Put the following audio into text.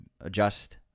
adjust